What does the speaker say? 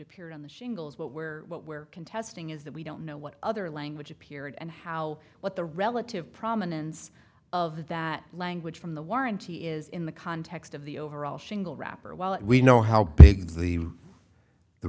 appeared on the shingles but where where contesting is that we don't know what other language appeared and how what the relative prominence of that language from the warranty is in the context of the overall shingle wrapper while we know how big the